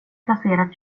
placerat